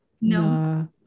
No